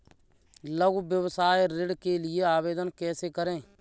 लघु व्यवसाय ऋण के लिए आवेदन कैसे करें?